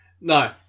No